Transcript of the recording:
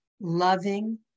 loving